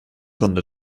grunde